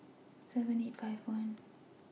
seven eight five one